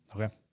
Okay